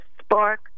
spark